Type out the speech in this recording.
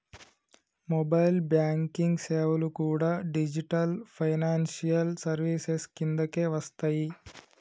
mobile banking సేవలు కూడా digital financial services కిందకే వస్తయ్యి